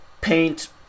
paint